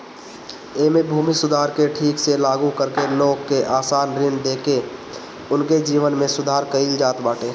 एमे भूमि सुधार के ठीक से लागू करके लोग के आसान ऋण देके उनके जीवन में सुधार कईल जात बाटे